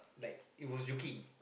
like it was joking